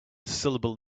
syllable